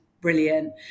brilliant